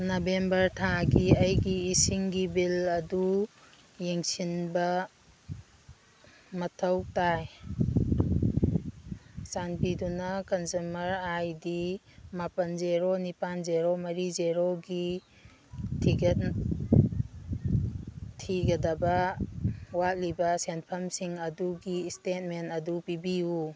November ꯊꯥꯒꯤ ꯑꯩꯒꯤ ꯏꯁꯤꯡꯒꯤ ꯕꯤꯜ ꯑꯗꯨ ꯌꯦꯡꯁꯤꯟꯕ ꯃꯊꯧ ꯇꯥꯏ ꯆꯥꯟꯕꯤꯗꯨꯅ ꯀꯟꯖꯨꯃꯔ ꯑꯥꯏ ꯗꯤ ꯃꯥꯄꯟ ꯖꯦꯔꯣ ꯅꯤꯄꯥꯟ ꯖꯦꯔꯣ ꯃꯔꯤ ꯖꯦꯔꯣꯒꯤ ꯊꯤꯒꯗꯕ ꯋꯥꯠꯂꯤꯕ ꯁꯦꯟꯐꯝꯁꯤꯡ ꯑꯗꯨꯒꯤ ꯁ꯭ꯇꯦꯠꯃꯦꯟ ꯑꯗꯨ ꯄꯤꯕꯤꯌꯨ